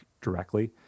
directly